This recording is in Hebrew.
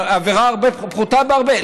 עבירה פחותה בהרבה,